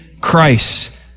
Christ